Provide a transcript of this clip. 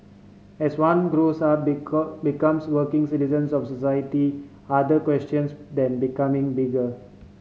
as one grows up becomes working citizens of society other questions then becoming bigger